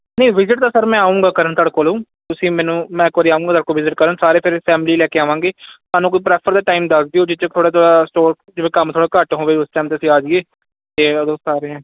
ਨਹੀਂ ਵਿਜ਼ਿਟ ਤਾਂ ਸਰ ਮੈਂ ਆਊਂਗਾ ਕਰਨ ਤੁਹਾਡੇ ਕੋਲੋਂ ਤੁਸੀਂ ਮੈਨੂੰ ਮੈਂ ਇੱਕ ਵਾਰੀ ਆਊਂਗਾ ਤੁਹਾਡੇ ਕੋਲ ਵਿਜ਼ਿਟ ਮ ਕਰਨ ਸਾਰੇ ਫਿਰ ਫ਼ੈਮਿਲੀ ਲੈ ਕੇ ਆਵਾਂਗੇ ਸਾਨੂੰ ਕੋਈ ਪ੍ਰੈਫਰ ਦਾ ਟਾਈਮ ਦੱਸ ਦਿਓ ਜਿਸ 'ਚ ਥੋੜ੍ਹਾ ਜਿਹਾ ਸਟੋਰ ਜਿਵੇਂ ਕੰਮ ਥੋੜ੍ਹਾ ਘੱਟ ਹੋਵੇ ਉਸ ਟੈਮ 'ਤੇ ਅਸੀਂ ਆ ਜਾਈਏ ਅਤੇ ਉਦੋਂ ਸਾਰੇ